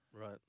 Right